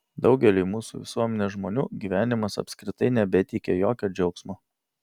daugeliui mūsų visuomenės žmonių gyvenimas apskritai nebeteikia jokio džiaugsmo